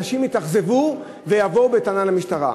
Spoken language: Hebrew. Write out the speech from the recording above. אנשים יתאכזבו ויבואו בטענה למשטרה.